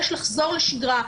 יש לחזור לשגרה.